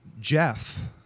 Jeff